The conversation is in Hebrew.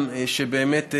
שבאמת,